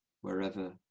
wherever